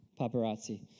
Paparazzi